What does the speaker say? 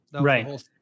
Right